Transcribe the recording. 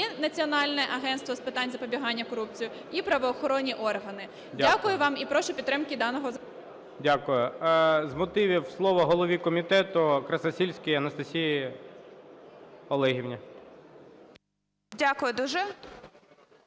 Національне агентство з питань запобігання корупції, і правоохоронні органи. Дякую вам. І прошу підтримки даного… ГОЛОВУЮЧИЙ. Дякую. З мотивів слово голові комітету Красносільській Анастасії Олегівні. 11:23:46